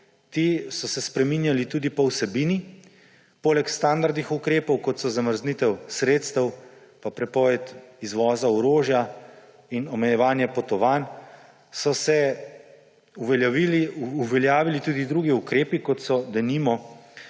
ti so se spreminjali tudi po vsebini. Poleg standardnih ukrepov, kot so zamrznitev sredstev pa prepoved izvoza orožja in omejevanje potovanj, so se uveljavili tudi drugi ukrepi, kot so, denimo,